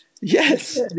Yes